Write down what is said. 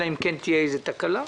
אלא אם כן תהיה איזו תקלה.